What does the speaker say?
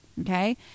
okay